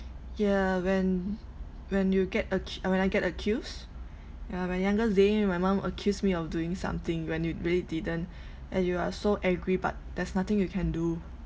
yeah when when you get acc~ when I get accused yeah my younger day my mum accuse me of doing something when you really didn't and you are so angry but there's nothing you can do